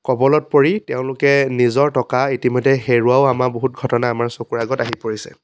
কবলত পৰি তেওঁলোকে নিজৰ টকা ইতিমধ্যে হেৰুওৱাও আমাৰ বহুত ঘটনা আমাৰ চকুৰ আগত আহি পৰিছে